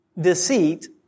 deceit